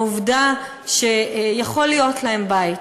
העובדה שיכול להיות להם בית,